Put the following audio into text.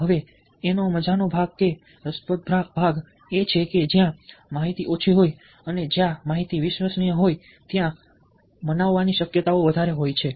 હવે એનો મજાનો ભાગ કે રસપ્રદ ભાગ એ છે કે જ્યાં માહિતી ઓછી હોય અને જ્યાં માહિતી વિશ્વસનીય હોય ત્યાં મનાવવાની શક્યતાઓ વધારે હોય છે